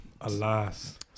Alas